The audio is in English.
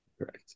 Correct